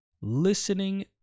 listening